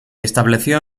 estableció